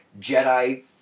Jedi